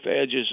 edges